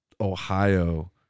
Ohio